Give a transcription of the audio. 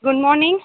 good morning